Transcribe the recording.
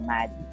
Mad